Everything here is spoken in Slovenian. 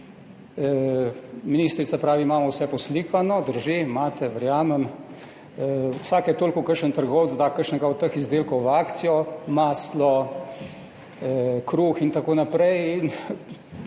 Ministrica pravi, vse imamo poslikano, drži, imate, verjamem. Vsake toliko da kakšen trgovec kakšnega od teh izdelkov v akcijo, maslo, kruh in tako naprej,